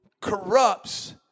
Corrupts